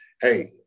hey